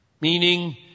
Meaning